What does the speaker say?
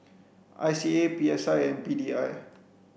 I C A P S I and P D I